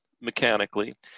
mechanically